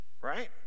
right